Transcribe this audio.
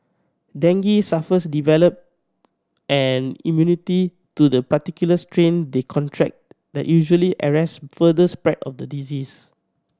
dengue sufferers develop an immunity to the particular strain they contract that usually arrest further spread of the disease